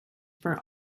for